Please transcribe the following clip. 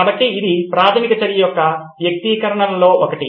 కాబట్టి ఇది ప్రాథమిక చర్య యొక్క వ్యక్తీకరణలలో ఒకటి